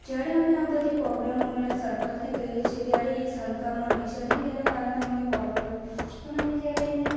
જ્યારે અમને આ બધી પ્રોબ્લેમો અમે સરપંચને કહીએ છીએ ત્યારે એ હલકામાં લે છે અને તેનાં કારણે અમને પોબ્લેમ્સ વધે પણ અમે જ્યારે એને